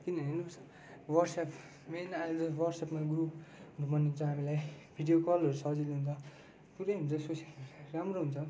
किनभने वाट्सएप मेन अहिले त वाट्सएपमा ग्रुपहरू बनिन्छ हामीलाई भिडियो कलहरू सजिलो हुन्छ पुरै हुन्छ राम्रै हुन्छ